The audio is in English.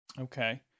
Okay